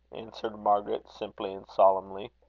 answered margaret, simply and solemnly.